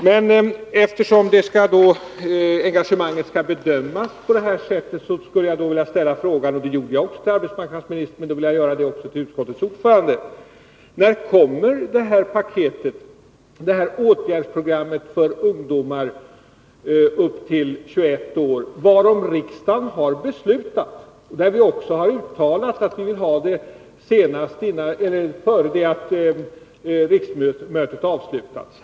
Men eftersom engagemanget skall bedömas på detta sätt skulle jag vilja ställa frågan: När kommer det åtgärdsprogram för ungdomar upp till 21 år varom riksdagen har beslutat och uttalat att vi vill ha det innan riksmötet avslutas?